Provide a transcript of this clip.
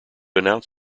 announce